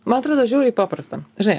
man atrodo žiauriai paprasta žinai